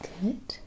Good